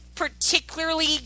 particularly